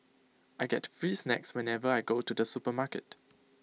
I get free snacks whenever I go to the supermarket